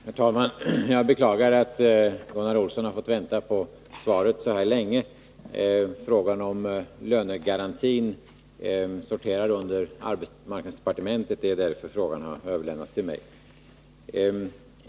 Herr talman! Jag beklagar att Gunnar Olsson har fått vänta på svaret så länge. Frågan om lönegarantin sorterar under arbetsmarknadsdepartementet, och det är därför frågan har överlämnats till mig.